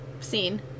seen